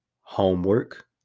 homework